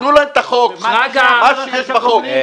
תנו להם את מה שיש בחוק.